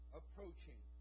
approaching